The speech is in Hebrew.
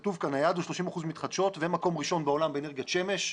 כתוב כאן שהיעד הוא 30 אחוזים מתחדשות ומקום ראשון בעולם באנרגיית שמש.